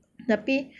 tapi